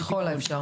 ככל האפשר.